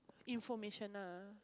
information nah